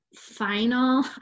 Final